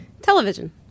Television